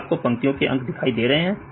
क्या आपको पंक्तियों के अंक दिखाई दे रहे हैं